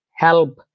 help